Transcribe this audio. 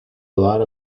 lot